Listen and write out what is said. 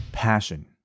passion